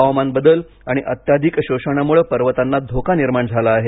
हवामान बदल आणि अत्यधिक शोषणामुळे पर्वतांना धोका निर्माण झाला आहे